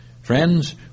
Friends